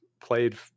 played